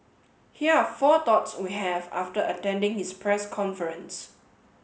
here are four thoughts we have after attending his press conference